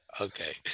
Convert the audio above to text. Okay